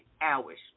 hours